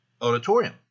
auditorium